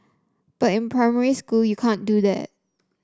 but in primary school you can't do that